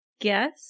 guess